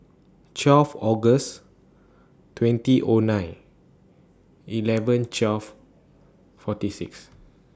twelve August twenty O nine eleven twelve forty six